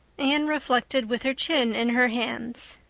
anne reflected with her chin in her hands.